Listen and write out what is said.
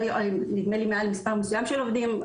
נדמה לי מעל מספר מסוים של עובדים,